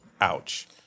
ouch